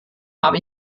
habe